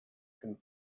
can